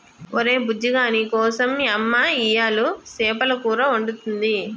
ఒరే బుజ్జిగా నీకోసం యమ్మ ఇయ్యలు సేపల కూర వండుతుంది